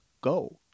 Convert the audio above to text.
go